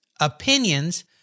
opinions